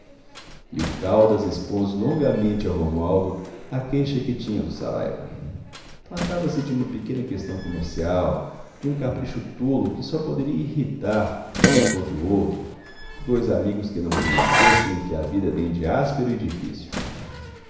e o caldas expôs longamente ao romualdo a queixa que tinha do saraiva tratava-se de uma pequena questão comercial de um capricho tolo que só poderia irritar um contra o outro dois amigos que não conhecessem o que a vida tem de áspero e difícil